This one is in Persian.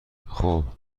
خوب